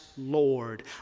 Lord